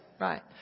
Right